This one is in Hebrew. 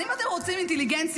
אם אתם רוצים אינטליגנציה,